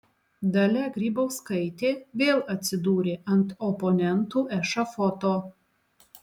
dalia grybauskaitė vėl atsidūrė ant oponentų ešafoto